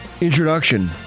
introduction